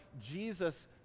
Jesus